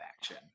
action